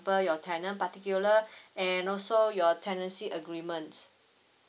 your tenant particulars and also your tenancy agreement